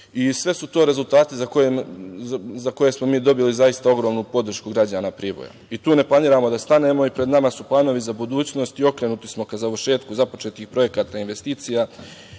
su to rezultati za koje smo mi dobili zaista ogromnu podršku građana Priboja. Tu ne planiramo da stanemo i pred nama su planovi za budućnost i okrenuti smo ka završetku započetih projekata investicija